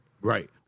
Right